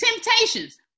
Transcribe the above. Temptations